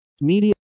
media